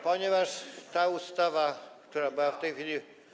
Ponieważ ta ustawa, która była w tej chwili.